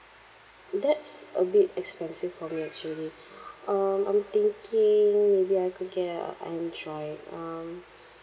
that's a bit expensive for me actually um I'm thinking maybe I could get a android um